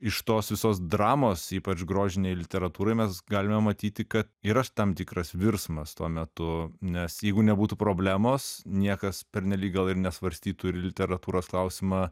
iš tos visos dramos ypač grožinėj literatūroj mes galime matyti kad yra tam tikras virsmas tuo metu nes jeigu nebūtų problemos niekas pernelyg gal ir nesvarstytų ir literatūros klausimą